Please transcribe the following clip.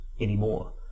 anymore